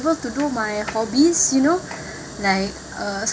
~ble to do my hobbies you know like uh some